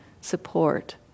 support